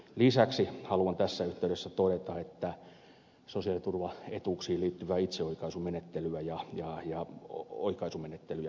lisäksi haluan tässä yhteydessä todeta että sosiaaliturvaetuuksiin liittyvää itseoikaisumenettelyä ja oikaisumenettelyjä kehitetään